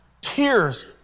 Tears